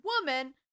woman